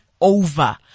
over